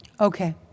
Okay